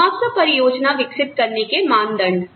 मुआवजा परियोजना विकसित करने के मानदंड